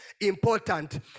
important